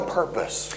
purpose